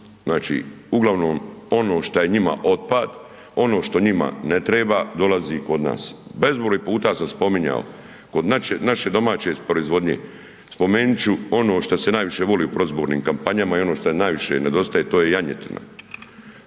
znači uglavnom ono šta je njima otpad, ono što njima ne treba dolazi kod nas. Bezbroj puta sam spominjao, kod naše domaće proizvodnje spomenut ću ono šta se najviše voli u predizbornim kampanjama i ono šta najviše nedostaje to je janjetina.